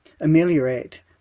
ameliorate